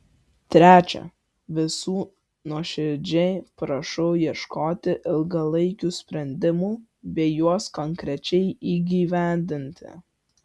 trečia visų nuoširdžiai prašau ieškoti ilgalaikių sprendimų bei juos konkrečiai įgyvendinti